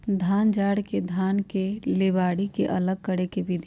धान झाड़ के धान के लेबारी से अलग करे के विधि